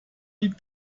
liegt